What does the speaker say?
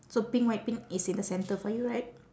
so pink white pink is in the center for you right